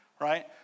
right